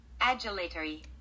Adulatory